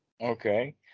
Okay